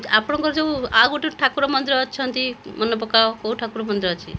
ଆପଣଙ୍କର ଯେଉଁ ଆଉ ଗୋଟିଏ ଠାକୁର ମନ୍ଦିର ଅଛନ୍ତି ମନେପକାଓ କେଉଁ ଠାକୁର ମନ୍ଦିର ଅଛି